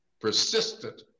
persistent